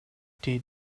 did